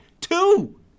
Two